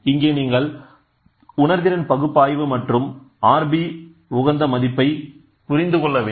அங்கு நீங்கள் உணர்திறன் பகுப்பாய்வு மற்றும் Rb உகந்த மதிப்பை புரிந்து கொள்ள வேண்டும்